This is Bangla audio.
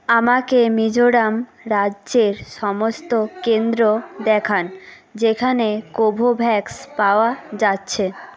আমাকে মিজোরাম রাজ্যের সমস্ত কেন্দ্র দেখান যেখানে কোভোভ্যাক্স পাওয়া যাচ্ছে